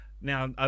Now